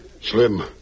Slim